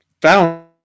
found